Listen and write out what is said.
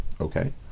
Okay